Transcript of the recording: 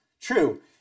True